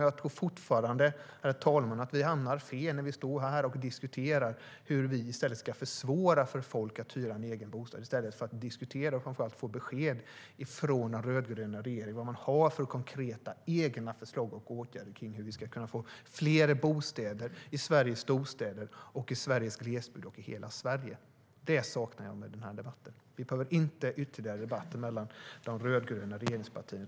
Jag tror fortfarande att vi hamnar fel när vi står här och diskuterar hur vi ska försvåra för folk att hyra en egen bostad i stället för att diskutera och framför allt få besked från den rödgröna regeringen om vad de har för konkreta egna förslag och åtgärder för att vi ska kunna få fler bostäder i Sveriges storstäder, i glesbygden och i hela Sverige. Det saknar jag i den här debatten. Vi behöver inte ytterligare debatter mellan de rödgröna regeringspartierna.